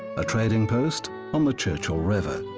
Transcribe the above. a trading post on the churchill river.